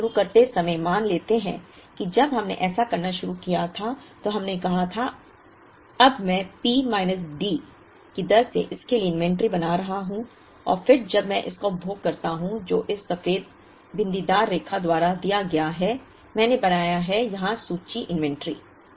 अब हम शुरू करते समय मान लेते हैं जब हमने ऐसा करना शुरू किया था तो हमने कहा था अब मैं P माइनस D की दर से इसके लिए इन्वेंट्री बना रहा हूं और फिर जब मैं इसका उपभोग करता हूं जो इस सफेद बिंदीदार रेखा द्वारा दिखाया गया है मैंने बनाया है यहाँ सूची इन्वेंटरी